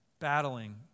battling